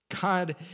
God